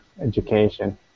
education